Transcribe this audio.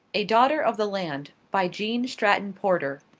a daughter of the land by gene stratton-porter